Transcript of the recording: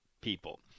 people